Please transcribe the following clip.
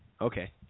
Okay